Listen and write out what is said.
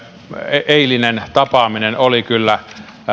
eilinen tapaaminen oli kyllä